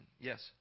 Yes